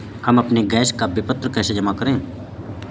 हम अपने गैस का विपत्र कैसे जमा करें?